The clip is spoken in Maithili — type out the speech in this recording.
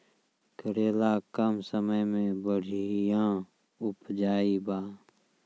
करेला कम समय मे बढ़िया उपजाई बा?